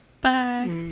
Bye